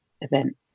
event